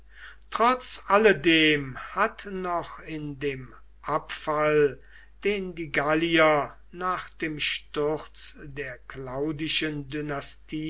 trotz alledem hat noch in dem abfall den die gallier nach dem sturz der